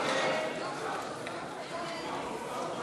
הצעת סיעת הרשימה